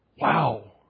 Wow